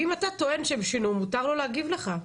אם אתה טוען שהם שינו, מותר לו להגיב לך.